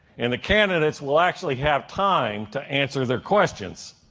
and the candidates will actually have time to answer their questions.